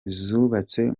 zubatse